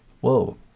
whoa